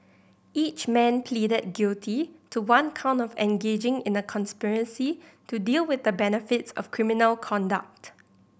each man pleaded guilty to one count of engaging in a conspiracy to deal with the benefits of criminal conduct